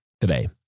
today